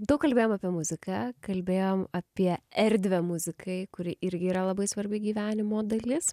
daug kalbėjom apie muziką kalbėjom apie erdvę muzikai kuri irgi yra labai svarbi gyvenimo dalis